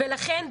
לכן,